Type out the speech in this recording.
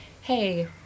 Hey